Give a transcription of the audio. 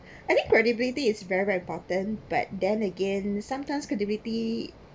I think credibility is very very important but then again sometimes credibility